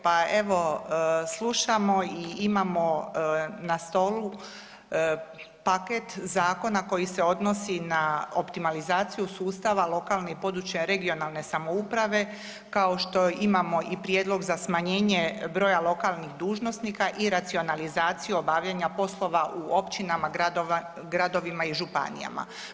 Pa evo slušamo i imamo na stolu paket zakona koji se odnosi na optimalizaciju sustava lokalne i područne (regionalne) samouprave kao što imamo i prijedlog za smanjenje broja lokalnih dužnosnika i racionalizaciju obavljanja poslova u općinama, gradovima i županijama.